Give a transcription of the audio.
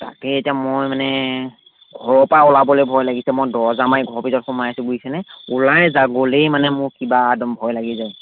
তাকেই এতিয়া মই মানে ঘৰৰপৰা ওলাবলৈ ভয় লাগিছে মই দৰ্জা মাৰি ঘৰৰ ভিতৰত সোমাই আছোঁ বুজিছেনে ওলাই যাবলৈয়ে মানে মোৰ কিবা একদম ভয় লাগি যায়